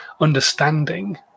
understanding